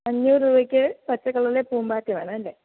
അഞ്ഞൂറ് രൂപയ്ക്ക് പച്ചകളറിലെ പൂമ്പാറ്റ വേണം അല്ലേ